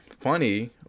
funny